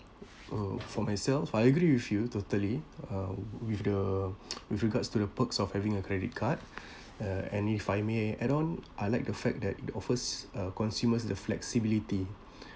uh for myself I agree with you totally uh with the with regards to the perks of having a credit card uh any add on I like the fact that it offers uh consumers the flexibility